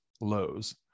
lows